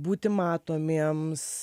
būti matomiems